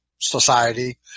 Society